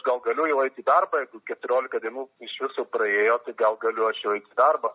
gal galiu jau eit į darbą jeigu keturiolika dienų iš viso praėjo gal galiu aš jau eit į darbą